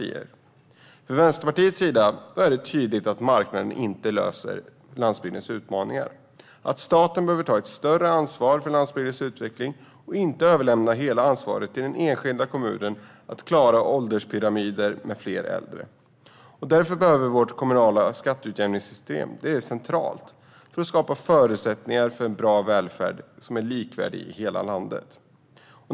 För Vänsterpartiet är det tydligt att marknaden inte löser landsbygdens utmaningar. Staten behöver därför ta ett större ansvar för landsbygdens utveckling och inte överlämna hela ansvaret för att klara ålderspyramider med fler äldre till enskilda kommuner. För det behöver vi kommunala utjämningssystem, vilket är centralt för att skapa förutsättningar för en bra välfärd som är likvärdig i hela landet.